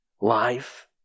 life